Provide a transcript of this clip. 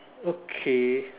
okay